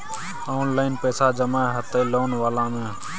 Online पैसा जमा हते लोन वाला में?